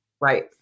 Right